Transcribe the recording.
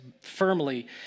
firmly